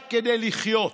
רק כדי לחיות.